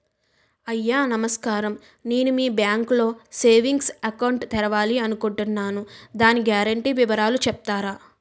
అయ్యా నమస్కారం నేను మీ బ్యాంక్ లో సేవింగ్స్ అకౌంట్ తెరవాలి అనుకుంటున్నాను దాని గ్యారంటీ వివరాలు చెప్తారా?